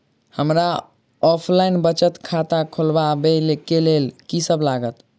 हमरा ऑफलाइन बचत खाता खोलाबै केँ लेल की सब लागत?